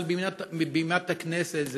מבימת הכנסת,